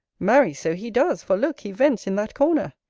marry! so he does for, look! he vents in that corner.